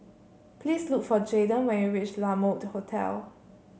please look for Jaiden when you reach La Mode Hotel